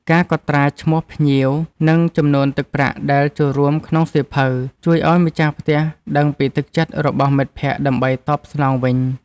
ការកត់ត្រាឈ្មោះភ្ញៀវ និងចំនួនទឹកប្រាក់ដែលចូលរួមក្នុងសៀវភៅ ជួយឱ្យម្ចាស់ផ្ទះដឹងពីទឹកចិត្តរបស់មិត្តភក្តិដើម្បីតបស្នងវិញ។